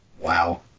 Wow